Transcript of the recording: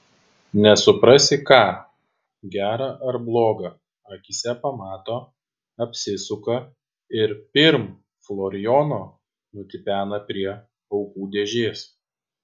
nesuprasi ką gera ar bloga akyse pamato apsisuka ir pirm florijono nutipena prie aukų dėžės